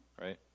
Right